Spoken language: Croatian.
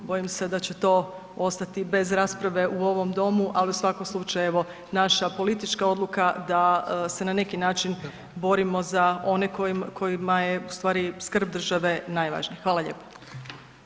Bojim se da će to ostati bez rasprave u ovom Domu, ali u svakom slučaju, evo, naša politička odluka da se na neki način borimo za one kojima je ustvari skrb države najvažnija.